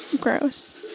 Gross